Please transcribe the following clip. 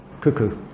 Cuckoo